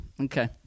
Okay